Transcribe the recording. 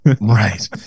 Right